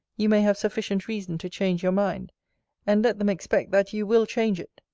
you may have sufficient reason to change your mind and let them expect that you will change it.